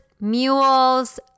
Mules